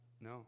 No